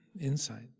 insight